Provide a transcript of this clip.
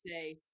say